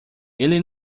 ele